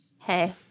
hey